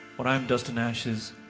when i am dust and ashes